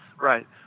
Right